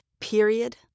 period